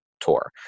tour